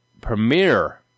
premiere